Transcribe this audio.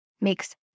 makes